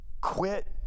quit